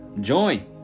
join